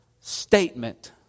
statement